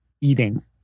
eating